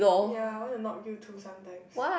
ya I want to knock you too sometimes